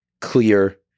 clear